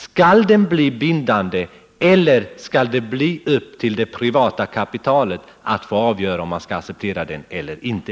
Skall den bli bindande eller skall det vara upp till det privata kapitalet att få avgöra om man skall acceptera den eller inte?